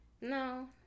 no